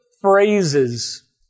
phrases